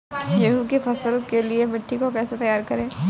गेहूँ की फसल के लिए मिट्टी को कैसे तैयार करें?